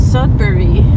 Sudbury